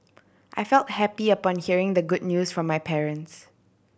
I felt happy upon hearing the good news from my parents